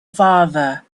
father